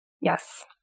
Yes